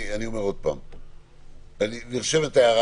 מנסה עדיין להוריד את זה